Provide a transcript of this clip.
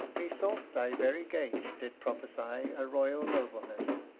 methought thy very gait did prophesy a royal nobleness.